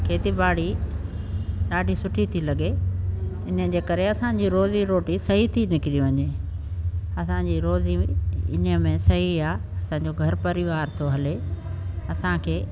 खेती ॿाड़ी ॾाढी सुठी थी लॻे इनजे करे असांजी रोज़ी रोटी सही थी निकिरी वञे असांजी रोज़ी इन में सही आहे असांजो घरु परिवार थो हले असांखे